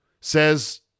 Says